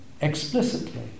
explicitly